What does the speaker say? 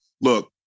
look